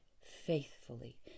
faithfully